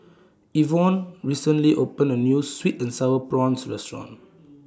Evonne recently opened A New Sweet and Sour Prawns Restaurant